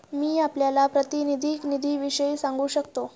मी आपल्याला प्रातिनिधिक निधीविषयी सांगू शकतो